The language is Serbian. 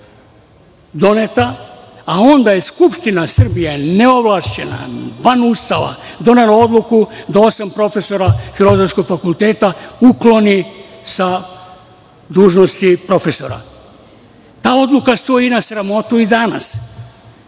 doneta, a onda je Skupština Srbije, neovlašćena, van Ustava, donela odluku da osam profesora Filozofskog fakulteta ukloni sa dužnosti profesora. Ta odluka stoji na sramotu i danas.